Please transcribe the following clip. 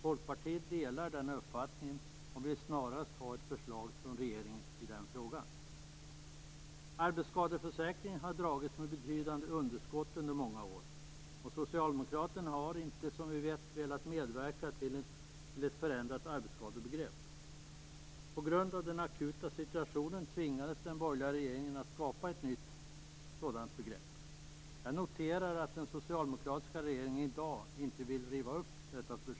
Folkpartiet delar den uppfattningen, och vill snarast ha ett förslag från regeringen i frågan. Arbetsskadeförsäkringen har dragits med betydande underskott under många år. Socialdemokraterna har, som vi vet, inte velat medverka till ett förändrat arbetsskadebegrepp. På grund av den akuta situationen tvingades den borgerliga regeringen att skapa ett nytt sådant begrepp. Jag noterar att den socialdemokratiska regeringen i dag inte vill riva upp detta beslut.